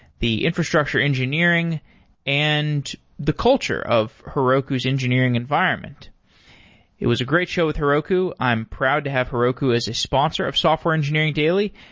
the infrastructure engineering and the culture of heroku's engineering environment it was a great show with heroku. i'm proud to have heroku as a sponsor of software engineering daily.